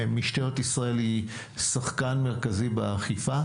משטרת ישראל היא שחקן מרכזי באכיפה.